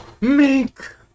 Mink